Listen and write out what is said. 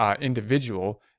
individual